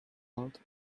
out